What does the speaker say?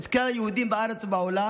את כלל היהודים בארץ בעולם,